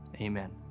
amen